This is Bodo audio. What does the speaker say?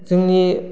जोंनि